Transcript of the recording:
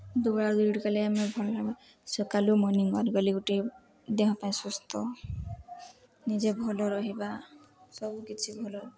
ଦୌଡ଼ା ଦୌଡ଼ି କଲେ ଆମେ ଭଲ ହେମା ସକାଲୁ ମର୍ନିଙ୍ଗ୍ ୱାକ୍ ଗଲେ ଗୁଟେ ଦେହ ପାଇଁ ସୁସ୍ଥ ନିଜେ ଭଲ ରହିବା ସବୁକିଛି ଭଲ